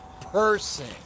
person